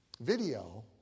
video